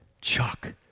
Chuck